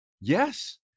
yes